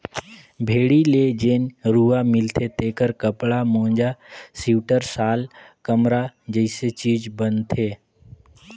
भेड़ी ले जेन रूआ मिलथे तेखर कपड़ा, मोजा सिवटर, साल, कमरा जइसे चीज बनथे